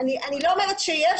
אני לא אומרת שיש,